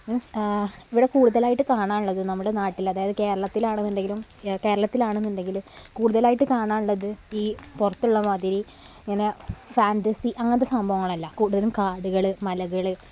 means ഇവിടെ കൂടുതലായിട്ട് കാണാനുള്ളത് നമ്മുടെ നാട്ടിൽ അതായത് കേരളത്തിൽ ആണെന്നുണ്ടെങ്കിലും കേരളത്തിൽ ആണെന്നുണ്ടെങ്കിൽ കുടുതലായിട്ട് കാണാൻ ഉള്ളത് ഈ പുറത്തുള്ള മാതിരി ഇങ്ങന ഫാൻ്റസി അങ്ങനത്തെ സംഭവങ്ങളല്ല കൂടുതലും കാടുകൾ മലകൾ